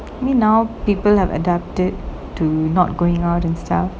I mean now people have adapted to not going out and stuff